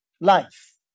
life